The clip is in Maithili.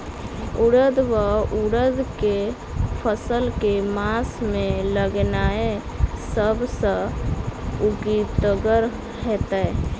उड़ीद वा उड़द केँ फसल केँ मास मे लगेनाय सब सऽ उकीतगर हेतै?